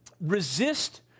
resist